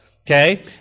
Okay